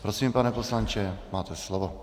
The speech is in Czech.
Prosím, pane poslanče, máte slovo.